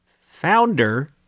founder